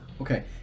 Okay